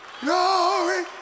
glory